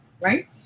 right